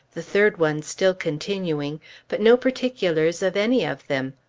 the third one still continuing but no particulars of any of them.